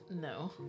no